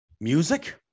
music